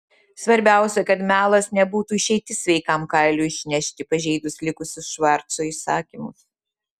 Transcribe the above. svarbiausia kad melas nebūtų išeitis sveikam kailiui išnešti pažeidus likusius švarco įsakymus